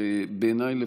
בעיניי לפחות,